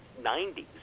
90s